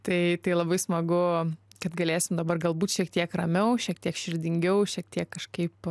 tai tai labai smagu kad galėsim dabar galbūt šiek tiek ramiau šiek tiek širdingiau šiek tiek kažkaip